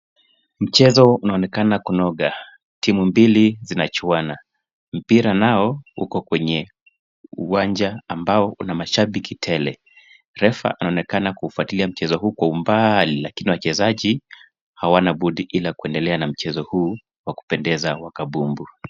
Mchezo unaonekana kunoga. Timu mbili zinachuana. Mpira nao uko kwenye uwanja ambao una mashabiki tele. Refa anaonekana kufuatilia mchezo huu kwa umbali lakini wachezaji hawana budi ila kuendelea na mchezo huu wa kupendeza wa kabumbu.